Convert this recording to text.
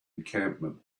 encampment